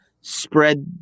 spread